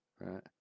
right